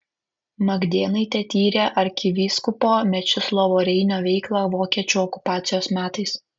magdėnaitė tyrė arkivyskupo mečislovo reinio veiklą vokiečių okupacijos metais